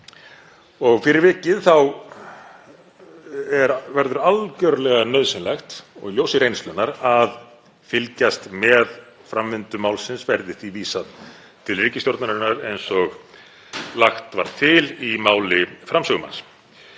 Fyrir vikið þá verður algjörlega nauðsynlegt, og í ljósi reynslunnar, að fylgjast með framvindu málsins, verði því vísað til ríkisstjórnarinnar, eins og lagt var til í máli framsögumanns.